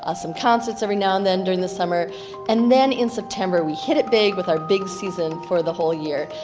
ah some concerts every now and then during the summer and then in september we hit it big with our big season for the whole year.